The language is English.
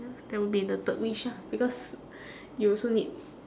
mm that will be the third wish ah because you also need